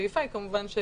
השאיפה היא כמובן,